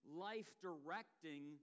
life-directing